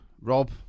Rob